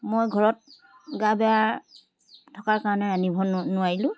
মই ঘৰত গা বেয়াৰ থকাৰ কাৰণে ৰান্ধিব নোৱাৰিলোঁ